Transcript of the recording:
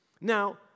Now